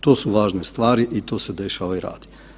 To su važne stvari i to se dešava i radi.